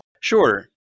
Sure